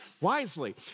wisely